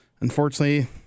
unfortunately